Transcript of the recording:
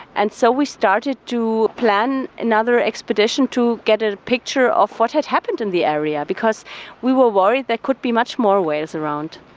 and so we started to plan another expedition to get a picture of what had happened in the area because we were worried there could be much more whales around.